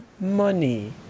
money